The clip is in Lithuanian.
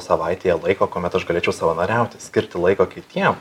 savaitėje laiko kuomet aš galėčiau savanoriauti skirti laiko kitiem